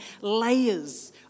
layers